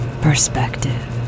perspective